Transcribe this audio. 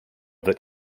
that